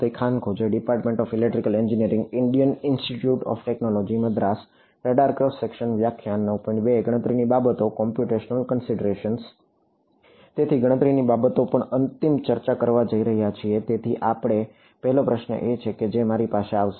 તેથી ગણતરીની બાબતો પર અંતિમ ચર્ચા કરવા જઈ રહ્યા છીએ તેથી આ પહેલો પ્રશ્ન છે જે તમારી પાસે આવશે